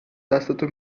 دستتو